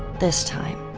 this time,